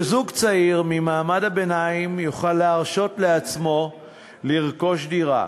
שזוג צעיר ממעמד הביניים יוכל להרשות לעצמו לרכוש דירה,